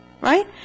Right